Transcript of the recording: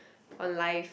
on life